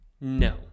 No